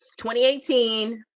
2018